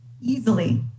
Easily